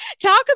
Talk